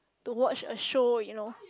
to watch a show you know